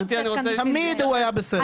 תמיד הוא היה בסדר.